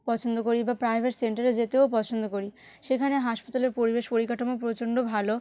পছন্দ করি বা প্রাইভেট সেন্টারে যেতেও পছন্দ করি সেখানে হাসপাতালের পরিবেশ পরিকাঠামো প্রচণ্ড ভালো